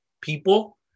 people